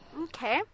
Okay